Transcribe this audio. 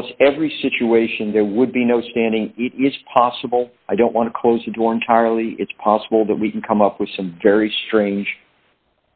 almost every situation there would be no standing it is possible i don't want to close the door entirely it's possible that we can come up with some very strange